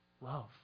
love